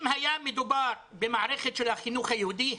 אם היה מדובר במערכת של החינוך היהודי,